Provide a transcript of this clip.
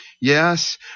Yes